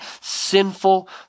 sinful